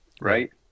right